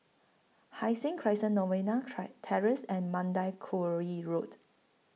Hai Sing Crescent Novena Try Terrace and Mandai Quarry Road